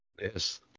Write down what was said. Yes